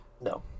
No